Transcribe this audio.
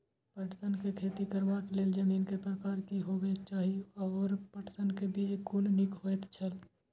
पटसन के खेती करबाक लेल जमीन के प्रकार की होबेय चाही आओर पटसन के बीज कुन निक होऐत छल?